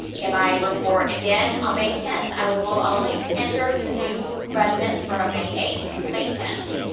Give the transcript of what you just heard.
if i report again on may tenth, i will will only enter the new residents for may eighth to may tenth.